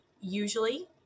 usually